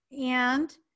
and-